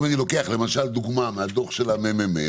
אם אני למשל לוקח דוגמה מהדוח של ממ"מ: